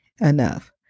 enough